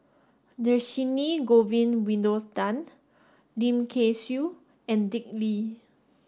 Dhershini Govin Winodan Lim Kay Siu and Dick Lee